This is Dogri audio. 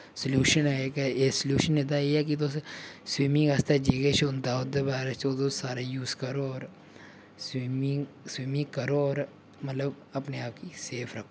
सोल्युशन ऐ के एह् सोल्युशन एह्दा एह् ऐ कि तुस स्वीमिंग आस्तै जे किश होंदा ओह्दे बारै च तुस सारे यूज करो होर स्वीमिंग स्वीमिंग करो होर मतलब अपने आप गी सेफ रक्खो